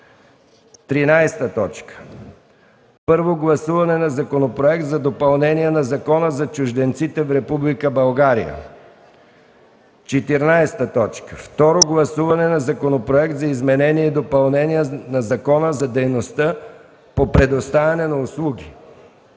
13. Първо гласуване на Законопроект за допълнение на Закона за чужденците в Република България. 14. Второ гласуване на Законопроект за изменение и допълнение на Закона за дейностите по предоставяне на услуги.